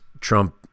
Trump